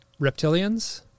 reptilians